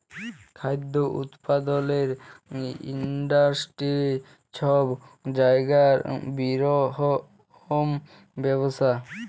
খাদ্য উৎপাদলের ইন্ডাস্টিরি ছব জায়গার বিরহত্তম ব্যবসা